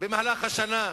במהלך השנה.